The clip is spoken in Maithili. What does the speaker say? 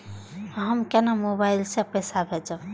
हम केना मोबाइल से पैसा भेजब?